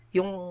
Yung